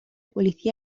policía